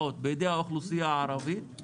בידי האוכלוסייה הערבית יש מעט מאוד קרקעות.